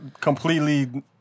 completely